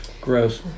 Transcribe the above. Gross